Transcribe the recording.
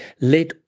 Let